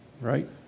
right